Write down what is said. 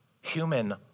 human